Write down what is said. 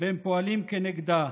והם פועלים כנגדה.